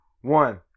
one